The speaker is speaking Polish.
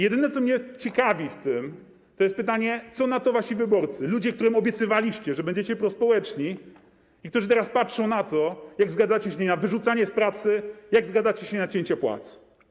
Jedyne, co mnie w tym ciekawi, to pytanie, co na to wasi wyborcy, ludzie, którym obiecywaliście, że będziecie prospołeczni, i którzy teraz patrzą na to, jak zgadzacie się na wyrzucanie z pracy, jak zgadzacie się na cięcie płac.